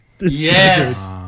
Yes